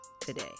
today